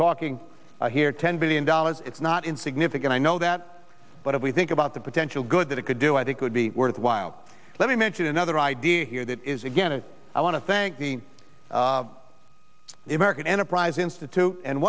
talking here ten billion dollars it's not insignificant i know that but if we think about the potential good that it could do i think could be worthwhile let me mention another idea here that is again is i want to thank the american enterprise institute and